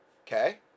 Okay